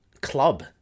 club